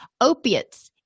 Opiates